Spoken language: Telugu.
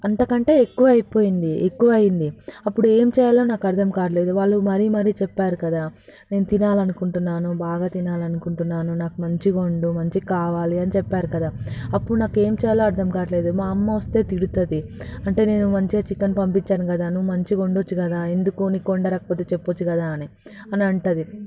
అంతకంటే ఎక్కువ అయిపోయింది ఎక్కువైంది అప్పుడు ఏం చేయాలో నాకు అర్థం కావట్లేదు వాళ్ళు మరీ మరీ చెప్పారు కదా నేను తినాలి అనుకుంటున్నాను బాగా తినాలి అనుకుంటున్నాను నాకు మంచిగా వండు మంచిగా కావాలి అని చెప్పారు కదా అప్పుడు నాకు ఏం చేయాలో అర్థం కావట్లేదు మా అమ్మ వస్తే తిడుతుంది అంటే నేను మంచిగా చికెన్ పంపించాను కదా నువ్వు మంచిగా వండవచ్చు కదా ఎందు నీకు వండరాకపోతే చెప్పొచ్చు కదా అని అని అంటుంది